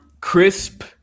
crisp